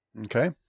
Okay